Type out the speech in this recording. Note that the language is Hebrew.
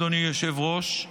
אדוני היושב-ראש,